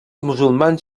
musulmans